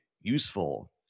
useful